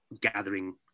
gathering